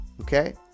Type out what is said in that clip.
Okay